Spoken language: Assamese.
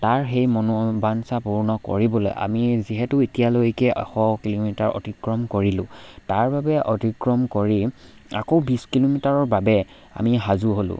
তাৰ সেই মনোবাঞ্চা পূৰ্ণ কৰিবলৈ আমি যিহেতু এতিয়ালৈকে এশ কিলোমিটাৰ অতিক্ৰম কৰিলো তাৰ বাবে অতিক্ৰম কৰি আকৌ বিছ কিলোমিটাৰৰ বাবে আমি সাজু হ'লোঁ